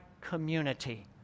Community